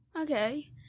Okay